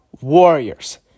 Warriors